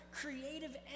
creative